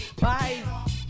Bye